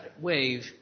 wave